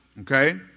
okay